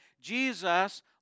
Jesus